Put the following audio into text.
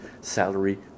salary